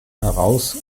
heraus